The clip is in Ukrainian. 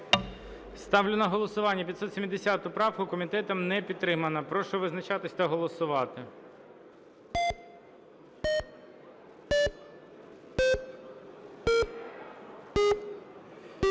Ставлю на голосування 276 правку. Комітетом не підтримано. Прошу визначатися та голосувати.